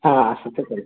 হ্যাঁ হতে পারে